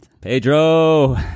pedro